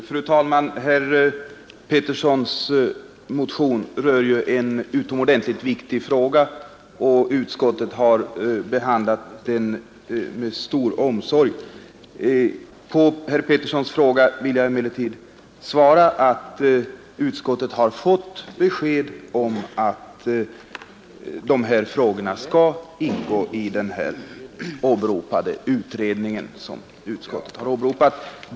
Fru talman! Herr Petterssons motion rör en utomordentligt viktig fråga, och utskottet har behandlat den med stor omsorg. På herr Petterssons fråga vill jag svara, att utskottet har fått besked om att vad här berörts skall ingå i den utredning, som utskottet åberopar.